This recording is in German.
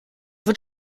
wird